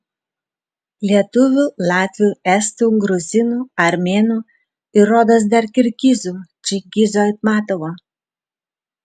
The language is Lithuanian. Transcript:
lietuvių latvių estų gruzinų armėnų ir rodos dar kirgizų čingizo aitmatovo